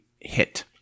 hit